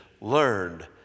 learned